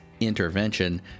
intervention